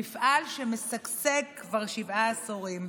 מפעל שמשגשג כבר שבעה עשורים.